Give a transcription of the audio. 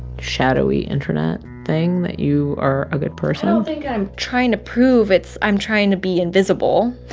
shadowy internet thing that you are a good person? i don't think i'm trying to prove. it's i'm trying to be invisible